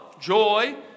joy